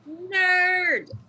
Nerd